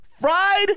fried